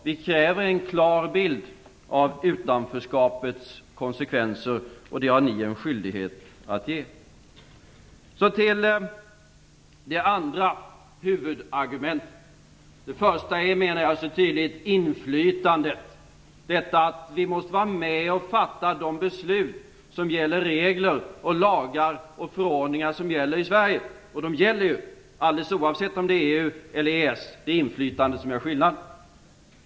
Vi kräver en klar bild av utanförskapets konsekvenser. Det har ni en skyldighet att ge. Så till det andra huvudargumentet. Det första är, menar jag, inflytandet - detta att vi måste vara med och fatta de beslut som rör regler, lagar och förordningar som gäller i Sverige. De gäller ju alldeles oavsett om det är EU eller EES. Det är inflytandet som gör skillnaden.